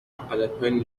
اقلیتهای